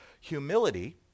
Humility